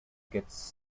gets